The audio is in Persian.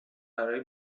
برای